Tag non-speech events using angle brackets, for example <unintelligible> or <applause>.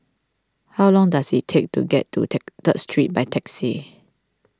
how long does it take to get to <unintelligible> Third Street by taxi